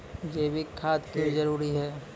जैविक खाद क्यो जरूरी हैं?